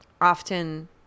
often